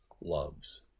loves